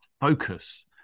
focus